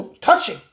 touching